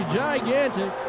gigantic